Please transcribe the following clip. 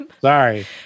Sorry